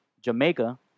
Jamaica